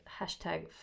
hashtag